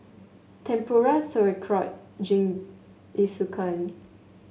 Tempura Sauerkraut Jingisukan